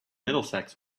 middlesex